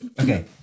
Okay